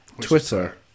Twitter